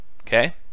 Okay